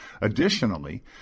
Additionally